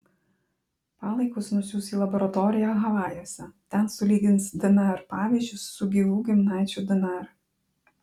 palaikus nusiųs į laboratoriją havajuose ten sulygins dnr pavyzdžius su gyvų giminaičių dnr